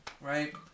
right